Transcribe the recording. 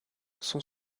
sont